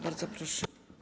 Bardzo proszę.